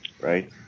right